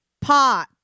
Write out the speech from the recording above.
pot